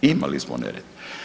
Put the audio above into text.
Imali smo nered.